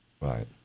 Right